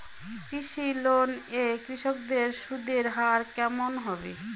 কৃষি লোন এ কৃষকদের সুদের হার কেমন হবে?